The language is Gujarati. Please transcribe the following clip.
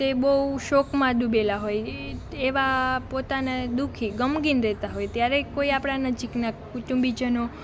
તે બહુ શોકમાં ડૂબેલાં હોય એવા પોતાને દુઃખી ગમગીન રહેતાં હોય ત્યારે કોઈ આપણા નજીકના કુટુંબીજનો